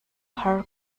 har